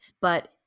But-